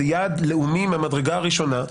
זה יעד לאומי מהמדרגה הראשונה,